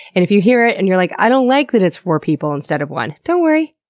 and if you hear it and you're like, i don't like that it's four people instead of one! don't worry,